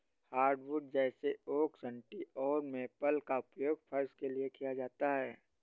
hardwood जैसे oak सन्टी और मेपल का उपयोग फर्श के लिए किया जाता है